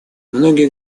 многие